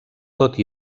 tot